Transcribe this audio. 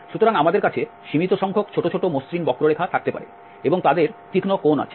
সুতরাং আমাদের কাছে সীমিত সংখ্যক ছোট ছোট মসৃণ বক্ররেখা থাকতে পারে এবং তাদের তীক্ষ্ণ কোণ আছে